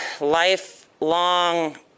lifelong